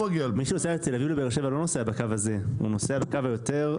מי שנוסע מתל אביב לבאר שבע לא נוסע בקו הזה; הוא נוסע בקו היותר מזרחי.